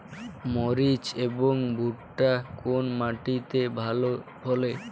মরিচ এবং ভুট্টা কোন মাটি তে ভালো ফলে?